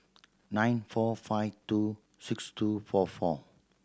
nine four five two six two four four